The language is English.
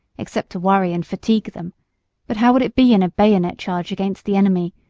except to worry and fatigue them but how would it be in a bayonet charge against the enemy,